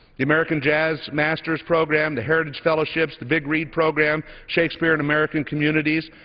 the american jazz masters program, the heritage fellowships, the big read program, shakespeare in american communities,